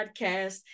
podcast